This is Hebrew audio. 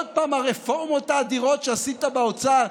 עוד פעם הרפורמות האדירות שעשית באוצר.